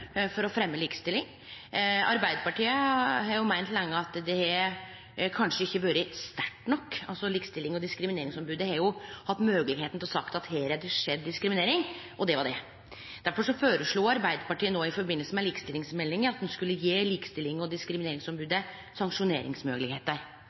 for å fremje likestilling. Arbeidarpartiet har meint lenge at det har kanskje ikkje vore sterkt nok. Likestillings- og diskrimineringsombodet har hatt moglegheita til å seie at her er det skjedd diskriminering – og det var det. Difor føreslo Arbeidarpartiet i samband med likestillingsmeldinga at ein skulle gje Likestillings- og